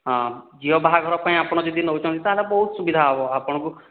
ହଁ ଝିଅ ବାହାଘର ପାଇଁ ଆପଣ ଯଦି ନେଉଛନ୍ତି ତା'ହେଲେ ବହୁତ ସୁବିଧା ହେବ ଆପଣଙ୍କୁ